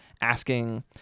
asking